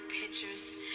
pictures